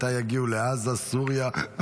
מתי יגיעו לעזה וסוריה?